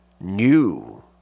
new